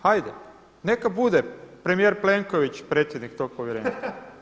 Hajde neka bude premijer Plenković predsjednik tog povjerenstva.